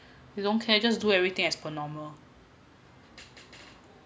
you don't care just do everything as per normal